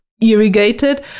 irrigated